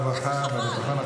רגע, חבר הכנסת.